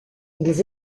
ils